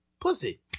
pussy